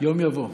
יום יבוא.